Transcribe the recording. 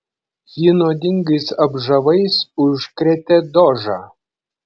ji nuodingais apžavais užkrėtė dožą